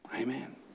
Amen